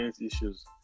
Issues